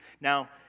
Now